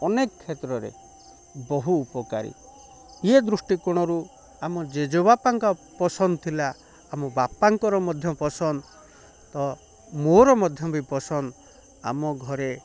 ଅନେକ କ୍ଷେତ୍ରରେ ବହୁ ଉପକାରୀ ଇଏ ଦୃଷ୍ଟିକୋଣରୁ ଆମ ଜେଜେବାପାଙ୍କ ପସନ୍ଦ ଥିଲା ଆମ ବାପାଙ୍କର ମଧ୍ୟ ପସନ୍ଦ ତ ମୋର ମଧ୍ୟ ବି ପସନ୍ଦ ଆମ ଘରେ